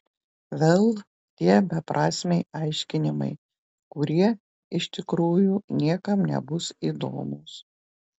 vėl tie beprasmiai aiškinimai kurie iš tikrųjų niekam nebus įdomūs